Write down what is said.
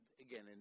again